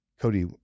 Cody